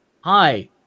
hi